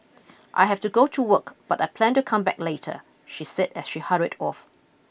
I have to go to work but I plan to come back later she said as she hurried off